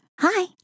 Hi